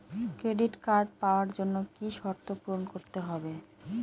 Credit card পাওয়ার জন্য কি কি শর্ত পূরণ করতে হবে?